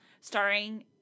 starring